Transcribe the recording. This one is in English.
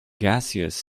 gaseous